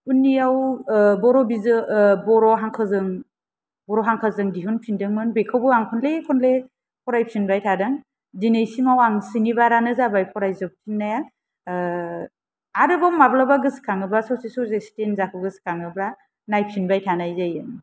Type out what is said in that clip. उननियाव बर' बिजों बर' हांखोजों बर' हांखोजों दिहुनफिनदोंमोन बेखौबो आं खनले खनले फरायफिनबाय थादों दिनैसिमाव आं स्निबारानो जाबाय फरायजोबफिनाया आरोबाव माब्लाबा गोसोनखांबावयोबा ससे ससे स्टेन्जाखौ गोसोखाङोबा नायफिनबाय थानाय जायो